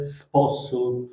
sposób